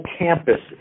campus